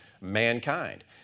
mankind